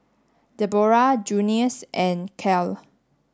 Debora Junius and Kale